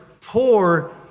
poor